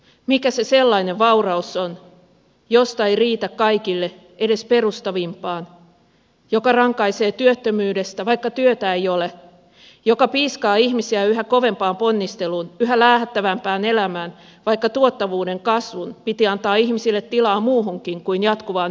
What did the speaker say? mikä se sellainen vauraus on josta ei riitä kaikille edes perustavimpaan joka rankaisee työttömyydestä vaikka työtä ei ole joka piiskaa ihmisiä yhä kovempaan ponnisteluun yhä läähättävämpään elämään vaikka tuottavuuden kasvun piti antaa ihmisille tilaa muuhunkin kuin jatkuvaan eloonjäämistaisteluun